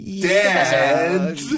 dead